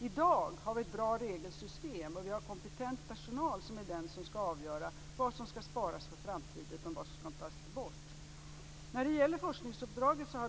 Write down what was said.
I dag har vi ett bra regelsystem, och vi har kompetent personal som skall avgöra vad som skall sparas för framtiden och vad som skall tas bort.